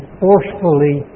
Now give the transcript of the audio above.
forcefully